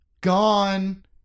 gone